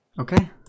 Okay